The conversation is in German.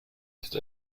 ist